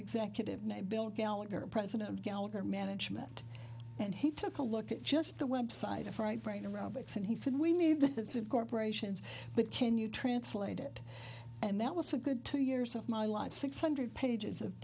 executive named bill gallagher president of gallagher management and he took a look at just the website of right brain around it and he said we need the thoughts of corporations but can you translate it and that was a good two years of my life six hundred pages of